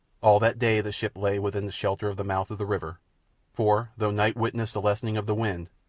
all that day the ship lay within the shelter of the mouth of the river for, though night witnessed a lessening of the wind,